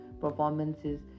performances